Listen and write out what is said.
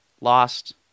lost